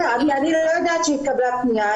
בסדר, אני לא יודעת שהתקבלה פנייה.